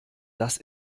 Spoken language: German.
das